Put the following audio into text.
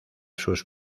sus